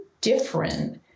different